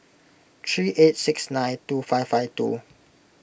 three eight six nine two five five two